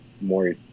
more